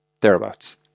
thereabouts